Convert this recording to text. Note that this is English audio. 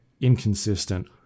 inconsistent